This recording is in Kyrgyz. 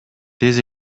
тез